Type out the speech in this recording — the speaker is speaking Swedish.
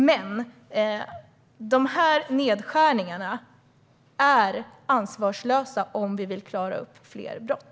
Men dessa nedskärningar är ansvarslösa om vi vill klara upp fler brott.